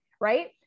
right